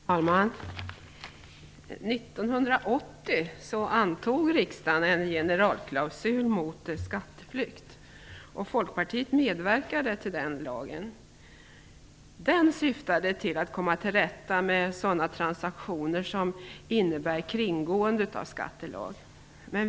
Fru talman! År 1980 antog riksdagen en generalklausul mot skatteflykt. Folkpartiet medverkade till den lagen. Den syftade till att komma till rätta med sådana transaktioner som innebär kringgående av skattelag.